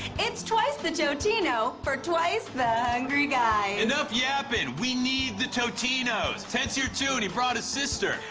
it's twice the totino for twice the hungry guys. enough yapping, we need the totinos. ted's here too, and he brought his sister.